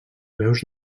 veus